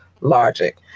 logic